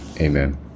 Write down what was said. Amen